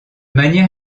manière